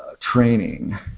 training